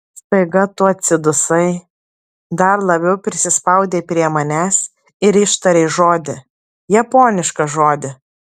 staiga tu atsidusai dar labiau prisispaudei prie manęs ir ištarei žodį japonišką žodį